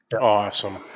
Awesome